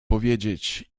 powiedzieć